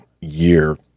year